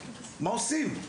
מה עושים?